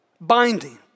binding